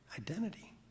identity